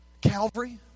Calvary